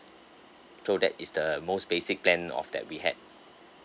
so that is the most basic plan of that we had